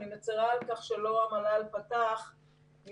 אני מצרה על כך שלא המל"ל פתח מפאת